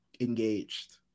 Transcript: engaged